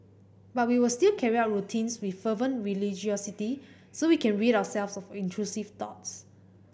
but we will still carry out routines with fervent religiosity so we can rid ourselves of intrusive thoughts